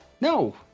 No